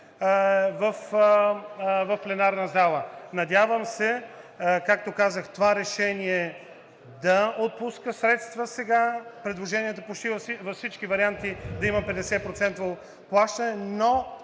в пленарната зала. Надявам се, както казах, това решение да отпуска средства сега, в предложенията почти във всички варианти да има 50% плащане, но